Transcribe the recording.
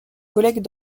collègues